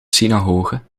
synagoge